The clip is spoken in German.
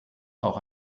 auch